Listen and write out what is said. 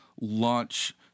launch